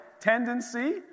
tendency